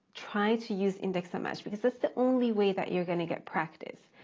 try to use index and match, because that's the only way that you're going to get practice.